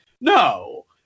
No